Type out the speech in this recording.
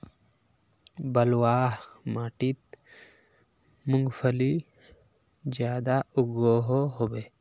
बलवाह माटित मूंगफली ज्यादा उगो होबे?